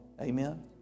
Amen